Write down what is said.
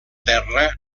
terra